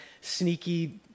sneaky